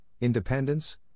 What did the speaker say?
independence